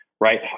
right